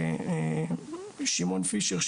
ששמעון פישר,